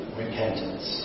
repentance